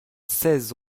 seize